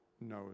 no